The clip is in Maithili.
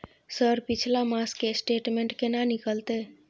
सर पिछला मास के स्टेटमेंट केना निकलते?